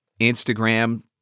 Instagram